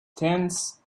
tense